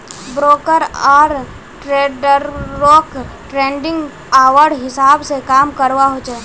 broker आर ट्रेडररोक trading hour हिसाब से काम करवा होचे